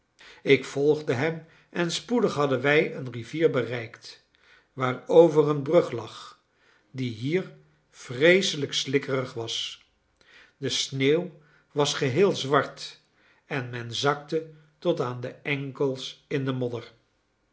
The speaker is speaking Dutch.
ik volgde hem en spoedig hadden wij een rivier bereikt waarover een brug lag die hier vreeselijk slikkerig was de sneeuw was geheel zwart en men zakte tot aan de enkels in de modder